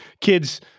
kids